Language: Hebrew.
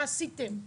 מה עשיתם".